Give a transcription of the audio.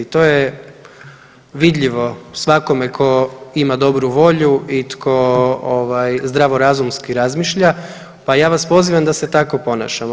To je vidljivo svakome tko ima dobru volju i tko ovaj zdravorazumski razmišlja, pa ja vas pozivam da se tko ponašamo.